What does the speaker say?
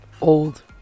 Old